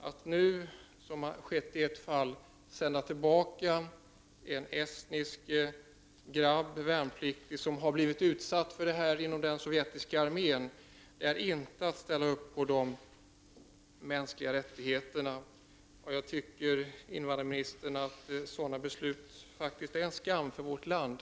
Att nu, som har skett i ett fall, sända tillbaka en estnisk värnpliktig grabb som har blivit utsatt för detta inom den sovjetiska armén är inte att ställa upp på de mänskliga rättigheterna. Jag tycker faktiskt, invandrarministern, att sådana beslut är en skam för vårt land.